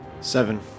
Seven